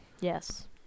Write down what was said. Yes